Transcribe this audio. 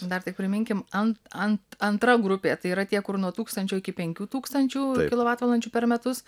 dar tik priminkim ant ant antra grupė tai yra tie kur nuo tūkstančio iki penkių tūkstančių kilovatvalandžių per metus